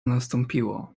nastąpiło